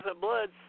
blood